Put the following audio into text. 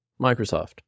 Microsoft